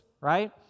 right